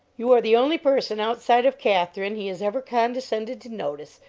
you are the only person outside of katherine he has ever condescended to notice,